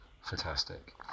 fantastic